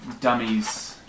dummies